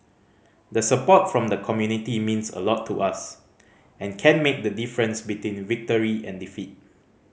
the support from the community means a lot to us and can make the difference between victory and defeat